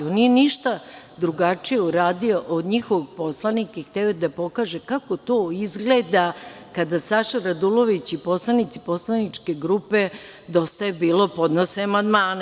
On nije ništa drugačije uradio od njihovog poslanika i hteo je da pokaže kako to izgleda kada Saša Radulović i poslanici poslaničke grupe Dosta je bilo podnose amandmane.